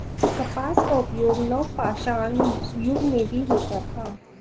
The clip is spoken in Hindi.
कपास का उपयोग नवपाषाण युग में भी होता था